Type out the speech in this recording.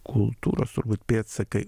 kultūros turbūt pėdsakai